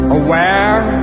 aware